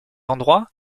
endroit